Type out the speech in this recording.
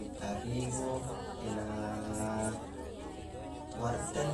tarigu, na ee wortel.